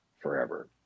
forever